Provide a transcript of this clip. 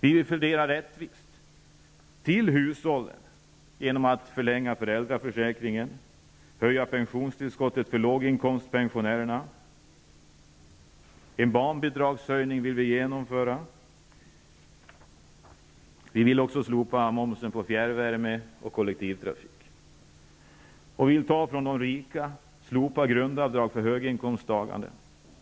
Vi vill ha en rättvis fördelning till hushållen genom att föräldraförsäkringen förlängs och genom att pensionsstillskottet till låginkomstpensionärerna höjs. Vi vill också genomföra en barnbidragshöjning. Vi vill slopa momsen på fjärrvärme och kollektivtrafik. Vi vill ta från de rika, bl.a. genom att slopa grundavdraget för höginkomstagarna.